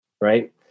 right